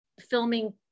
filming